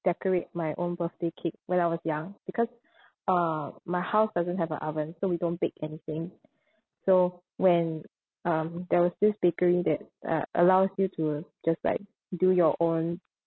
decorate my own birthday cake when I was young because uh my house doesn't have a oven so we don't bake anything so when um there was this bakery that uh allows you to just like do your own